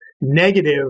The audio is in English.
negative